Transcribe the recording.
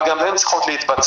אבל גם הן צריכות להתבצע.